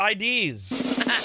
IDs